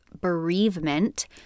bereavement